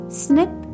snip